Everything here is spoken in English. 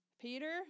Peter